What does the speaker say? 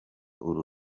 uru